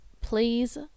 please